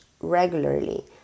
regularly